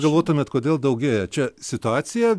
galvotumėt kodėl daugėja čia situacija